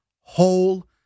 whole